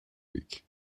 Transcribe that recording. week